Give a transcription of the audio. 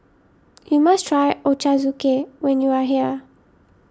you must try Ochazuke when you are here